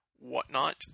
whatnot